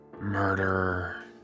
murder